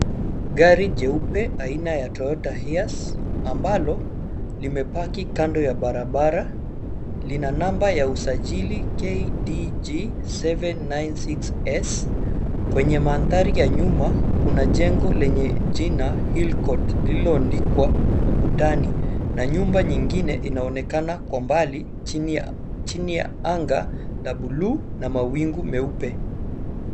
Gari jeupe aina ya Toyota Hiace ambalo limepaki kando barabara lina namba ya usajili KDG 796S. Kwenye mandhari ya nyuma, kuna jengo lenye jina Hill Court lililoandikwa ukutani, na nyumba nyingine inaonekana kwa mbali chini ya anga la buluu na mawingu meupe.